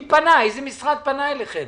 איזה משרד פנה אליכם?